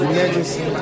Emergency